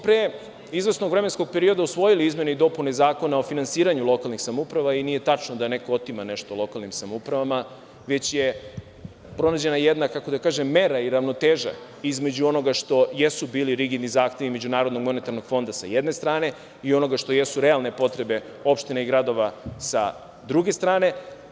Pre izvesnog vremenskog perioda smo usvojili izmene i dopune Zakona o finansiranju lokalnih samouprava i nije tačno da neko otima nešto lokalnim samoupravama, već je pronađena jedna mera i ravnoteža između onoga što jesu bili rigidni zahtevi MMF, sa jedne strane, i onoga što jesu realne potrebe opština i gradova, sa druge strane.